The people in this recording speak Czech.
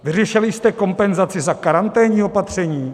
Vyřešili jste kompenzaci za karanténní opatření?